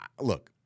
look